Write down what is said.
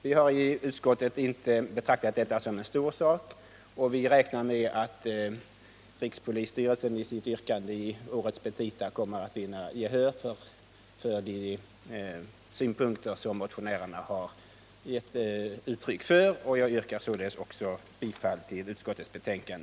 Vi har utskottet inte betraktat detta som en stor sak, och vi räknar med att rikspolisstyrelsen i årets petita kommer att visa förståelse för de synpunkter som motionärerna har givit uttryck för. Jag yrkar således också bifall till utskottets hemställan.